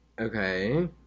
Okay